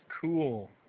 cool